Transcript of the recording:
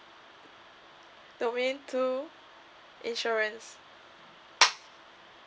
domain two insurance